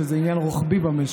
שזה עניין רוחבי במשק,